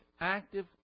active